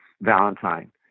Valentine